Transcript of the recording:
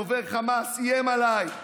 דובר חמאס איים עליי.